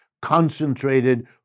concentrated